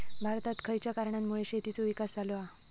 भारतात खयच्या कारणांमुळे शेतीचो विकास झालो हा?